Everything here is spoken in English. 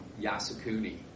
Yasukuni